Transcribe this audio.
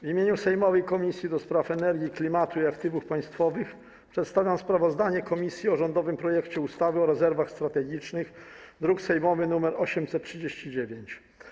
W imieniu sejmowej Komisji do Spraw Energii, Klimatu i Aktywów Państwowych przedstawiam sprawozdanie komisji o rządowym projekcie ustawy o rezerwach strategicznych, druk sejmowy nr 839.